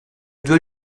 dois